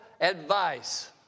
advice